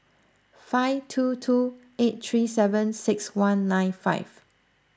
five two two eight three seven six one nine five